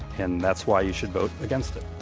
and that's why you should vote against it.